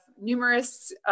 numerous